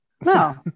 No